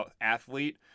athlete